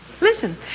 Listen